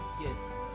Yes